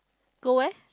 go where